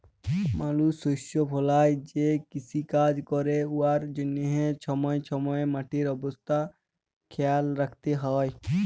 মালুস শস্য ফলাঁয় যে কিষিকাজ ক্যরে উয়ার জ্যনহে ছময়ে ছময়ে মাটির অবস্থা খেয়াল রাইখতে হ্যয়